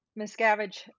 Miscavige